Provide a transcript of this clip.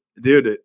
dude